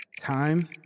Time